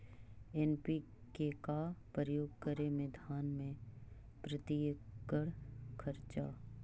NPK का प्रयोग करे मे धान मे प्रती एकड़ खर्चा?